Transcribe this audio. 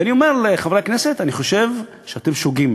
ואני אומר לחברי הכנסת: אני חושב שאתם שוגים,